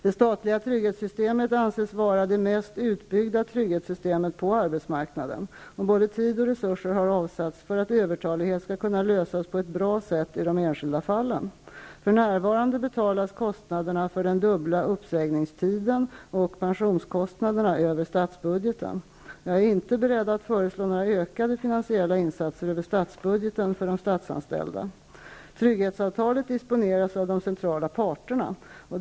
Det statliga trygghetssystemet anses vara det mest utbyggda trygghetssyste met på arbetsmarknaden. Både tid och resurser har avsatts för att övertalig het skall kunna lösas på ett bra sätt i de enskilda fallen. För närvarande beta las kostnaderna för den dubbla uppsägningstiden och pensionskostnaderna över statsbudgeten. Jag är inte beredd att föreslå några ökade finansiella in satser över statsbudgeten för de statsanställda. Trygghetsavtalet disponeras av de centrala parterna.